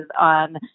on